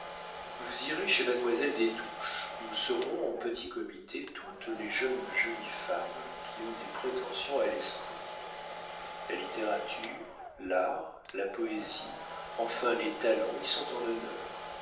vous irez chez mademoiselle des touches où seront en petit comité toutes les jeunes jolies femmes qui ont des prétentions à l'esprit la littérature l'art la poésie enfin les talents y sont en honneur